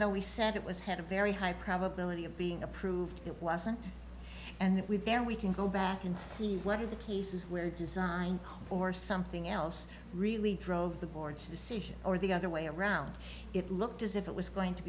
though we said it was had a very high probability of being approved it wasn't and if we dare we can go back and see what are the cases where design or something else really drove the board's decision or the other way around it looked as if it was going to